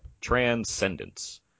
transcendence